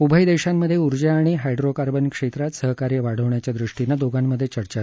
उभय देशांमधे ऊर्जा आणि हायड्रोकार्बन क्षेत्रात सहकार्य वाढवण्याच्या दृष्टीनं दोघांमधे चर्चा झाली